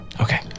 Okay